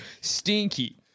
Stinky